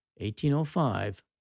1805